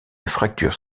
fracture